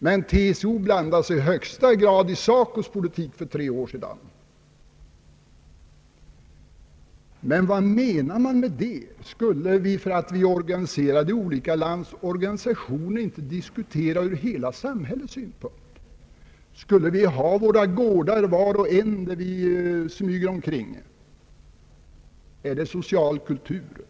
Men TCO blandade sig i högsta grad i SACO:s politik för tre år sedan. Vad menar TCO? Skulle vi, därför att vi är organiserade i olika landsorganisationer, inte diskutera ur hela samhällets synpunkt? Skulle vi var och en ha våra gårdar där vi smyger omkring? Är det social kultur?